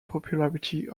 popularity